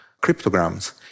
cryptograms